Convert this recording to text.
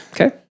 okay